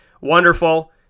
wonderful